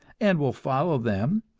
and will follow them,